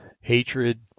hatred